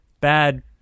bad